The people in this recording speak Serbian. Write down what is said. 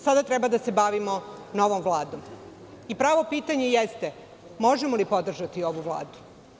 Sada treba da se bavimo novom Vladom i pravo pitanje jeste – možemo li podržati ovu vladu?